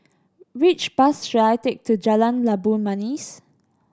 which bus should I take to Jalan Labu Manis